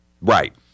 Right